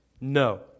No